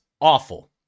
awful